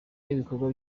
n’ibikorwa